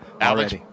Alex